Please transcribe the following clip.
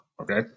Okay